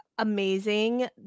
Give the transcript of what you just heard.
amazing